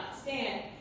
stand